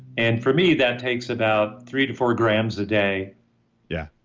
and for me, that takes about three to four grams a day yeah.